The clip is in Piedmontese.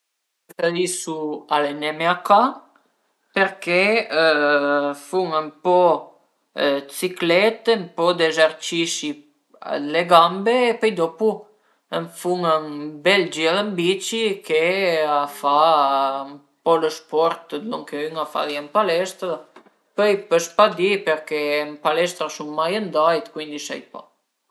Preferisu aleneme a ca perché fun ën po dë siclette e ën po d'ezercisi d'le gambe, pöi dopu fun ün bel gir ën bici che a fa ën po lë sport d'lon che ün a ferìa ën palestra, pöi pös pa di perché ën palestra sun mai andait cuindi sai pa